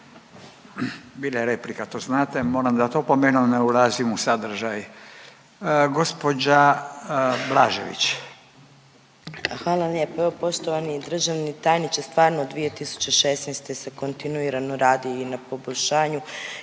Bila je replika, to znate. Moram dati opomenu, ali ne ulazim u sadržaj. Gđa Blažević. **Blažević, Anamarija (HDZ)** Hvala lijepo poštovani državni tajniče. Stvarno, 2016. se kontinuirano radi na poboljšanju